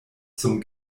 zum